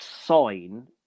sign